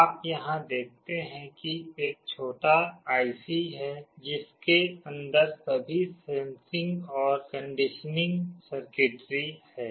आप यहाँ देखते हैं कि एक छोटा आईसी है जिसके अंदर सभी सेंसिंग और कंडीशनिंग सर्किटरी हैं